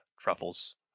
truffles